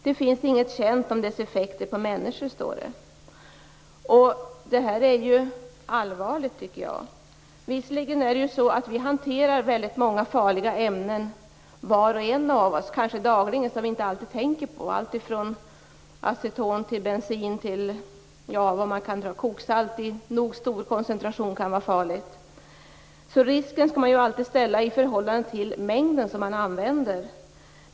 Det finns inget känt om ämnets effekter på människor, står det. Detta är allvarligt, tycker jag. Visserligen hanterar var och en av oss dagligen många farliga ämnen som vi kanske inte tänker på. Det gäller allt ifrån aceton och bensin till koksalt i tillräckligt stor koncentration, som kan vara farligt. Risken skall alltid ställas i förhållande till mängden som används.